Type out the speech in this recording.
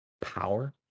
power